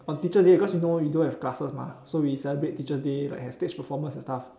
on teacher's day because you know we don't have classes so we celebrate teacher's day like have performance and stuff